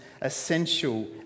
essential